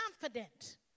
confident